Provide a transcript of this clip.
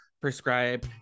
prescribe